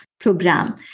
program